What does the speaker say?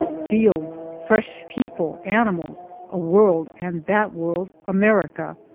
fields, fresh people, animals a world, and that world america.